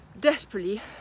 desperately